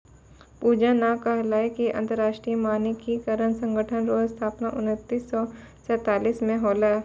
पूजा न कहलकै कि अन्तर्राष्ट्रीय मानकीकरण संगठन रो स्थापना उन्नीस सौ सैंतालीस म होलै